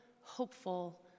hopeful